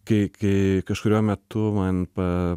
kai kai kažkuriuo metu man pa